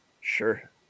Sure